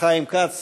חיים כץ